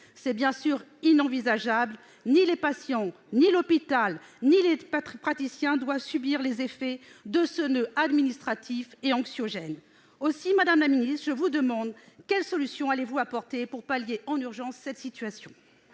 C'est bien sûr inenvisageable : ni les patients, ni l'hôpital, ni les praticiens ne doivent subir les effets de ce noeud administratif anxiogène. Aussi, madame la secrétaire d'État, je vous demande quelle solution vous comptez apporter pour pallier en urgence cette situation.